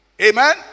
Amen